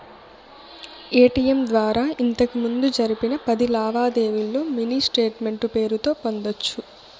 ATM ద్వారా ఇంతకిముందు జరిపిన పది లావాదేవీల్లో మినీ స్టేట్మెంటు పేరుతో పొందొచ్చు